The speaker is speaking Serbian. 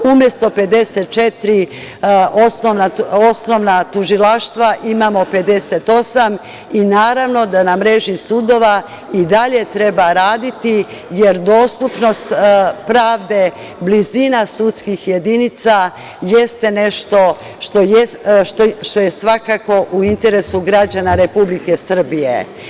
Umesto 54 osnovna tužilaštva imamo 58 i naravno da na mreži sudova i dalje treba raditi, jer dostupnost pravde, blizina sudskih jedinica jeste nešto što je svakako u interesu građana Republike Srbije.